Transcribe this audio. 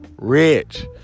rich